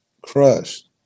Crushed